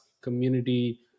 community